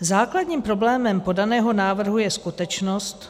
Základním problémem podaného návrhu je skutečnost...